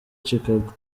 chicago